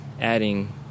adding